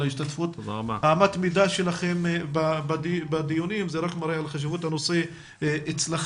על ההשתתפות המתמידה שלכם בדיונים זה רק מראה על חשיבות הנושא אצלכם.